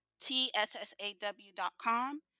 tssaw.com